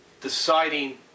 deciding